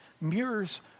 mirrors